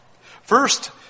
First